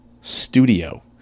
Studio